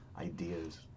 ideas